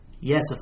Yes